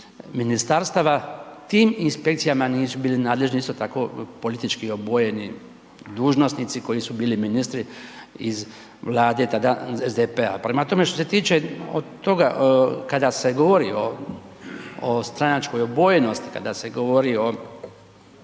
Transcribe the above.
ministarstava tim inspekcijama nisu bili nadležni isto tako politički obojeni dužnosnici koji su bili ministri iz Vlade tada SDP-a, prema tome, što se tiče toga kada se govori o stranačkoj obojenosti, kada se govori o